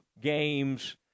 games